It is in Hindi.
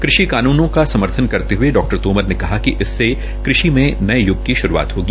कृषि कानूनों का समर्थन करते हये डॉ तोमर ने कहा कि इससे कृषि में नये य्ग की शुरूआत होगी